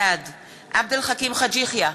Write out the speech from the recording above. בעד עבד אל חכים חאג' יחיא,